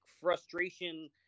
frustration